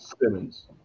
Simmons